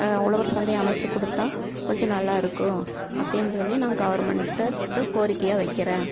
உழவர் சந்தை அமைத்துக் கொடுத்தா கொஞ்சம் நல்லா இருக்கும் அப்படின்னு சொல்லி நாங்கள் கவர்மெண்ட்கிட்டே கோரிக்கையாக வைக்கிறேன்